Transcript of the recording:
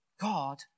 God